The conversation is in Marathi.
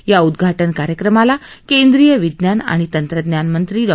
या उद्धाटन कार्यक्रमाला केंद्रीय विज्ञान आणि तंत्रज्ञान मंत्री डॉ